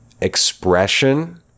expression